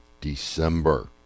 December